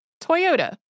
Toyota